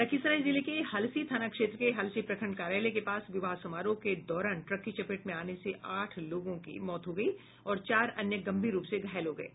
लखीसराय जिले के हलसी थाना क्षेत्र के हलसी प्रखंड कार्यालय के पास विवाह समारोह के दौरान ट्रक की चपेट में आने से आठ लोगों की मौत हो गयी और चार अन्य गंभीर रूप से घायल हो गये